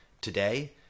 today